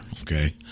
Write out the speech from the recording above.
Okay